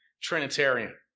Trinitarian